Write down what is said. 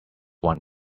one